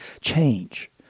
change